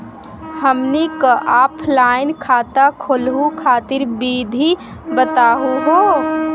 हमनी क ऑफलाइन खाता खोलहु खातिर विधि बताहु हो?